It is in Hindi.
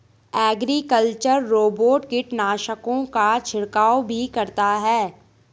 एग्रीकल्चरल रोबोट कीटनाशकों का छिड़काव भी करता है